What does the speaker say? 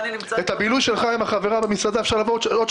בילוי עם חברה במסעדה אפשר לעשות בעוד